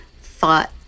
thought